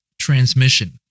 transmission